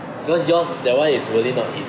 because yours that [one] is really not ea~